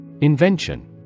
Invention